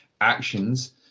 actions